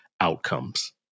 outcomes